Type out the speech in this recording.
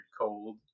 Cold